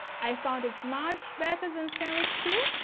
i found it's much better than stainless steel,